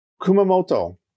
Kumamoto